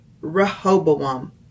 Rehoboam